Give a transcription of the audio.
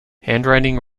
handwriting